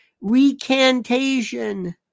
recantation